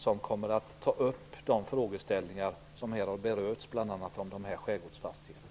Det kommer att ta upp de frågeställningar som här har berörts, bl.a. om de här skärgårdsfastigheterna.